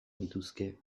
nituzke